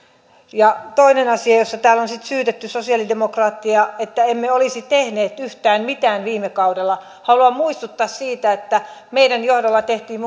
toinen asia josta täällä on syytetty sosialidemokraatteja on että emme olisi tehneet yhtään mitään viime kaudella haluan muistuttaa siitä että meidän johdollamme tehtiin